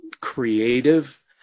creative